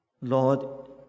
Lord